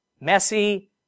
messy